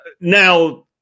Now